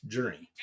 Journey